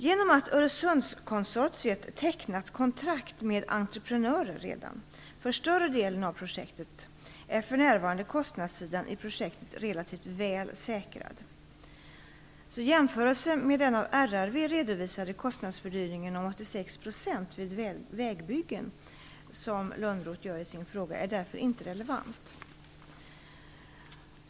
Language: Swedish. Genom att Öresundskonsortiet tecknat kontrakt med entreprenörer för större delen av projektet är för närvarande kostnadssidan i projektet relativt väl säkrad. Jämförelsen med den av RRV redovisade kostnadsfördyringen om 86 % vid vägbyggen, som Lönnroth gör i sin fråga, är därför inte relevant.